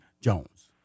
Jones